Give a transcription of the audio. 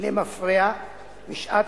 למפרע בשעת